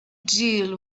deal